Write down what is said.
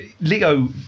Leo